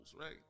right